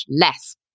less